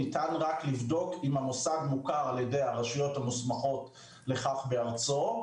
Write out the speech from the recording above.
ניתן רק לבדוק אם המוסד מוכר על-ידי הרשויות המוסמכות לכך בארצו,